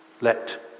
let